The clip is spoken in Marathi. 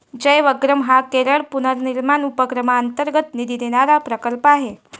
जयवग्रहम हा केरळ पुनर्निर्माण उपक्रमांतर्गत निधी देणारा प्रकल्प आहे